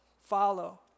follow